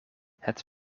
het